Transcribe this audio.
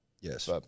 Yes